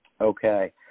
Okay